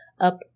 up